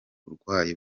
barwayi